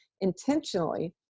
intentionally